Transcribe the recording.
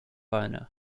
owner